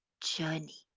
journey